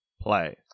play